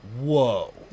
whoa